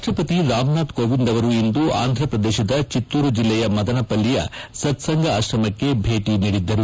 ರಾಷ್ಟಪತಿ ರಾಮನಾಥ್ ಕೋವಿಂದ್ ಅವರು ಇಂದು ಆಂಧಪ್ರದೇಶದ ಚಿತ್ತೂರು ಜಿಲ್ಲೆಯ ಮದನಪಲ್ಲಿಯ ಸತ್ಲಂಗ ಆಶ್ರಮಕ್ಕೆ ಭೇಟ ನೀಡಿದ್ದರು